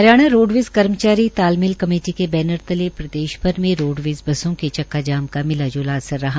Haryana roadways कर्मचारी तालमेल committee के बैनर तले प्रदेश भर में रोडवेज बसों के चक्का जाम का मिला ज्ला असर रहा